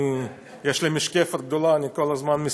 יש לי משקפת גדולה, אני כל הזמן מסתכל.